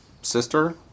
sister